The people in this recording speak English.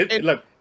Look